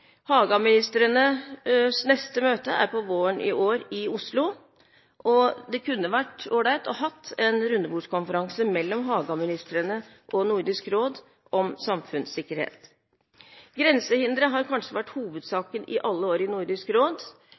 neste møte er til våren i Oslo. Det kunne vært ålreit å ha hatt en rundebordskonferanse mellom Haga-ministrene og Nordisk råd om samfunnssikkerhet. Grensehindre har kanskje vært hovedsaken i alle år i Nordisk råd.